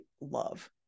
love